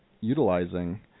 utilizing